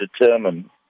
determine